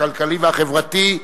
הכלכלי והחברתי,